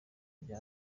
bye